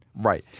Right